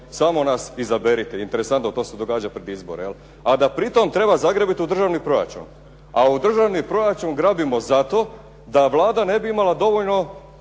samo nas izaberite. Interesantno, to se događa pred izbore, a da pritom treba zagrabiti u državni proračun. A u državni proračun grabimo zato da Vlada ne bi imala dovoljno